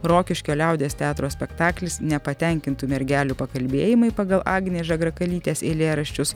rokiškio liaudies teatro spektaklis nepatenkintų mergelių pakalbėjimai pagal agnės žagrakalytės eilėraščius